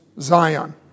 Zion